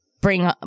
Bring